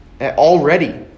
already